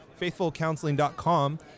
faithfulcounseling.com